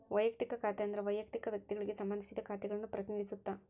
ವಯಕ್ತಿಕ ಖಾತೆ ಅಂದ್ರ ವಯಕ್ತಿಕ ವ್ಯಕ್ತಿಗಳಿಗೆ ಸಂಬಂಧಿಸಿದ ಖಾತೆಗಳನ್ನ ಪ್ರತಿನಿಧಿಸುತ್ತ